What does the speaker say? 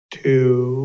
two